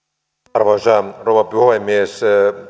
arvoisa rouva puhemies